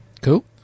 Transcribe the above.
Cool